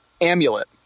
Amulet